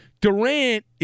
Durant